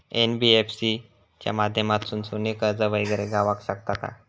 NBFC च्या माध्यमातून सोने कर्ज वगैरे गावात शकता काय?